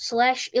Slash